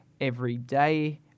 everyday